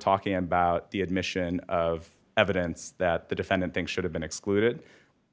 talking about the admission of evidence that the defendant think should have been excluded